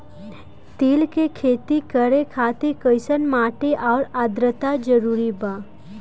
तिल के खेती करे खातिर कइसन माटी आउर आद्रता जरूरी बा?